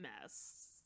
mess